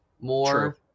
more